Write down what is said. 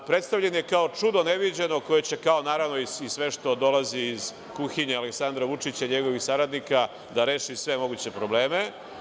Predstavljen je kao čudo neviđeno koje će, naravno, kao i sve što dolazi iz kuhinje Aleksandra Vučića i njegovih saradnika, da reši sve moguće probleme.